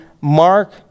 Mark